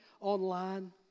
online